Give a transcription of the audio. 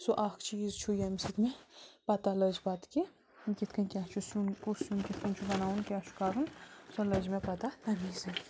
سُہ اَکھ چیٖز چھُ ییٚمہ سۭتۍ مےٚ پتاہ لٔج پتہٕ کہِ کِتھ کٔنی کیٛاہ چھُ سُین کُس سیُن کِتھ کٔنۍ چھُ بَناوُن کیٛاہ چھُ کَرُن سۄ لٔج مےٚ پتہ تَمے سۭتۍ